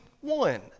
one